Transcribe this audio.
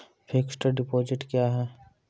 Fixed deposit क्या हैं?